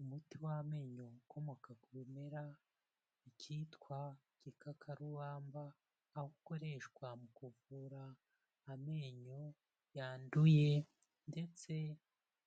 Umuti w'amenyo ukomoka ku bimera icyitwa igikakarubamba, ukoreshwa mu kuvura amenyo yanduye ndetse